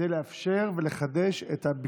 אתה יודע שאתה לא מוכשר להיות ראש